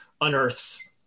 unearths